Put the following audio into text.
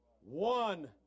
one